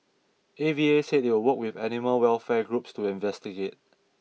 A V A said they would work with animal welfare groups to investigate